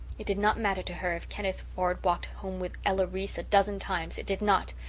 it did not matter to her if kenneth ford walked home with ethel reese a dozen times it did not!